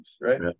right